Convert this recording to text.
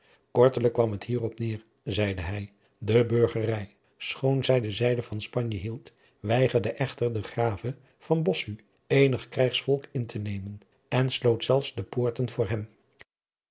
kortelijk kwam het hier op neêr zeide hij de burgerij schoon zij de zijde van spanje hield weigerde echter den grave van bossu eenig krijgsvolk in te nemen en sloot zelfs de poorten voor hem